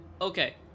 okay